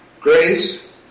Grace